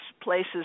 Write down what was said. places